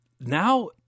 now